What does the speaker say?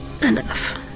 enough